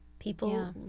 People